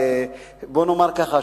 בוא נאמר כך,